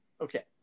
Okay